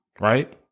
right